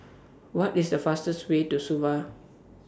What IS The fastest Way to Suva